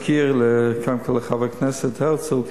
אני רוצה להזכיר כאן לחבר הכנסת הרצוג